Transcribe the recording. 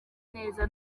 neza